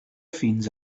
fins